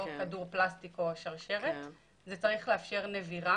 לא כדור פלסטיק או שרשרת; זה צריך לאפשר את נבירה,